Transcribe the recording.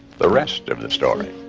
the rest of the story